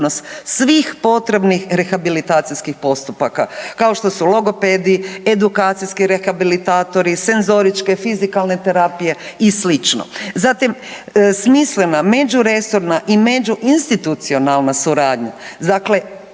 svih potrebnih rehabilitacijskih postupaka, kao što su logopedi, edukacijski rehabilitatori, senzoričke, fizikalne terapije i slično. Zatim smislena međuresorna i međuinstitucionalna suradnja